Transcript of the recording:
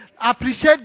appreciate